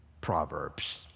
Proverbs